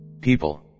People